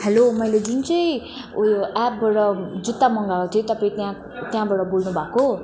hello मैले जुन चाहिँ उयो एप्पबाट जुत्ता मगाएको थिएँ मैले तपाईँ त्यहाँ त्यहाँबाट बोल्नुभएको